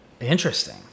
interesting